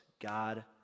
god